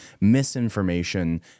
misinformation